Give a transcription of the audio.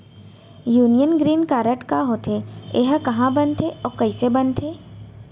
Union green card का होथे, एहा कहाँ बनथे अऊ कइसे बनथे?